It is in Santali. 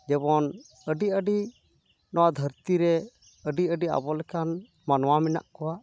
ᱡᱮᱢᱚᱱ ᱟᱹᱰᱤ ᱟᱹᱰᱤ ᱱᱚᱣᱟ ᱫᱷᱟᱹᱨᱛᱤ ᱨᱮ ᱟᱹᱰᱤ ᱟᱹᱰᱤ ᱟᱵᱚ ᱞᱮᱠᱟᱱ ᱢᱟᱱᱚᱣᱟ ᱢᱮᱱᱟᱜ ᱠᱚᱣᱟ